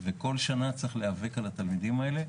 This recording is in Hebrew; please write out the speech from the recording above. וכל שנה צריך להיאבק על התלמידים האלה.